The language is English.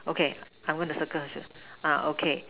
okay I'm gonna circle her shoes uh okay